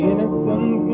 Innocent